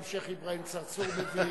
גם השיח' אברהים צרצור מבין,